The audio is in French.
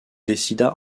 décida